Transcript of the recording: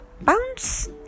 Bounce